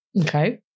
Okay